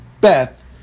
Beth